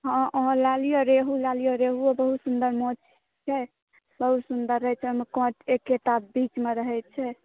हॅं अहाँ लय लिअ रेहु लय लिअ रेहुओ बहुत सुन्दर माछ होइ छै बहुत सुन्दर रहै छै ओहिमे काँट एकेटा बीचमे रहै छै